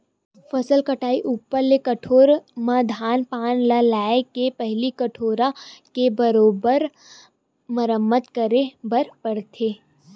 फसल कटई ऊपर ले कठोर म धान पान ल लाए के पहिली कोठार के बरोबर मरम्मत करे बर पड़थे